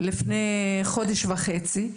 לפני חודש וחצי,